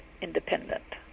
independent